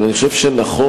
אבל אני חושב שנכון,